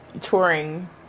touring